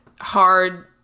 hard